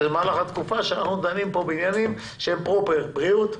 במהלך התקופה שאנחנו דנים פה בעניינים שהם פרופר בריאות,